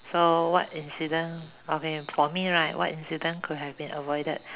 so what incident okay for me right what incident could have been avoided